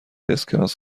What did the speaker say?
اسکناس